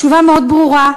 תשובה מאוד ברורה.